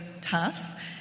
tough